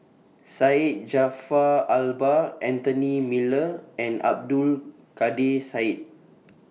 Syed Jaafar Albar Anthony Miller and Abdul Kadir Syed